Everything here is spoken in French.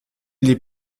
les